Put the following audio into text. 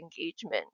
engagement